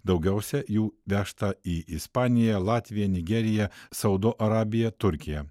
daugiausia jų vežta į ispaniją latviją nigeriją saudo arabiją turkiją